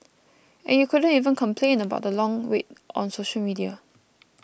and you couldn't even complain about the long wait on social media